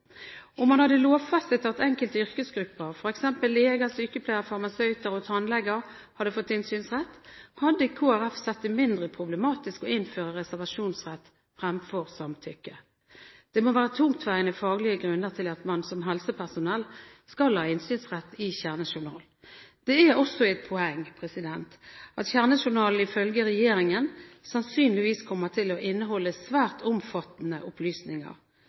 man hadde lovfestet at enkelte yrkesgrupper, f.eks. leger, sykepleiere, farmasøyter og tannleger, har innsynsrett, hadde Kristelig Folkeparti sett det som mindre problematisk å innføre reservasjonsrett fremfor samtykke. Det må være tungtveiende faglige grunner til at man som helsepersonell skal ha innsynsrett i kjernejournal. Det er også et poeng at kjernejournalen ifølge regjeringen sannsynligvis kommer til å inneholde svært omfattende opplysninger.